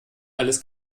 alles